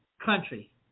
country